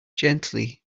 gently